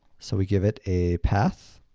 so we give it a path,